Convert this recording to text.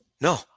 No